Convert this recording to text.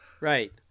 Right